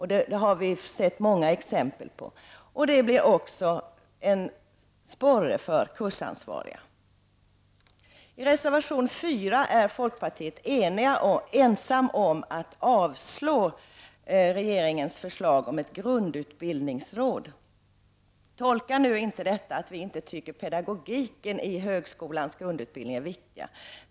Det har vi sett många exempel på. Detta blir också en sporre för kursansvariga. I reservation 4 är folkpartiet ensamt om att avstyrka regeringens förslag om ett grundutbildningsråd. Tolka nu inte detta som att vi inte tycker att pedagogiken i högskolans grundutbildning är viktig.